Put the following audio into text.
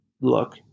look